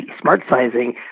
smart-sizing